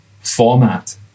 format